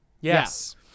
Yes